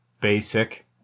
Basic